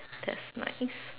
that's nice